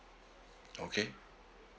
okay